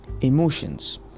Emotions